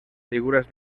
figuras